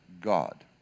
God